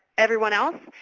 everyone else,